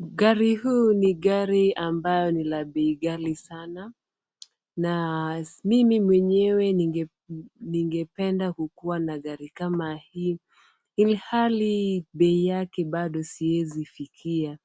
Gari huu ni gari ambalo ni la bei ghali sana na mimi mwenyewe ningependa kukuwa na gari kama hii, ilhali bei yake bado siezi fikia